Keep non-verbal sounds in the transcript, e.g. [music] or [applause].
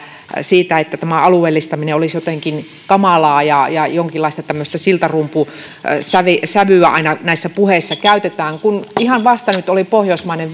siitä että tämä alueellistaminen olisi jotenkin kamalaa ja tämmöistä jonkinlaista siltarumpusävyä aina näissä puheissa käytetään niin ihan vasta nyt oli pohjoismainen [unintelligible]